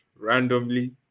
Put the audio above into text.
randomly